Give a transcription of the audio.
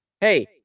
hey